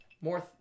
more